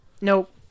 Nope